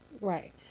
Right